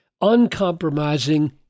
uncompromising